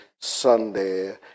Sunday